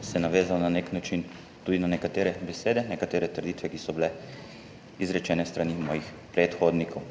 se navezal na neki način tudi na nekatere besede, nekatere trditve, ki so bile izrečene s strani mojih predhodnikov.